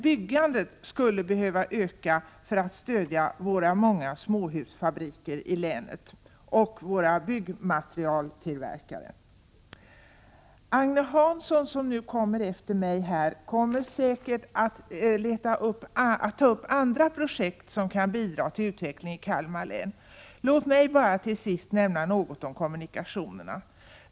Byggandet skulle behöva öka för att stödja våra många småhusfabriker i länet och våra byggmaterialtillverkare. Agne Hansson, som skall tala här efter mig, kommer säkert att ta upp andra projekt som kan bidra till utvecklingen i Kalmar län. Låt mig bara till sist nämna något om kommunikationerna.